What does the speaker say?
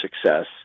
success